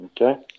Okay